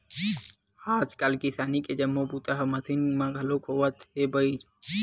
आजकाल किसानी के जम्मो बूता ह मसीन म घलोक होवत हे बइर